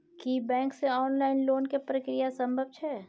की bank से loan लोन के प्रक्रिया संभव छै?